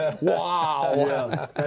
Wow